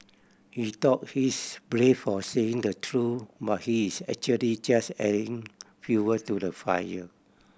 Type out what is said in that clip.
he thought he's brave for saying the truth but he is actually just adding fuel to the fire